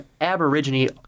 Aborigine